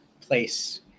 place